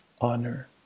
honor